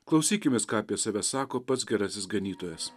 klausykimės ką apie save sako pats gerasis ganytojas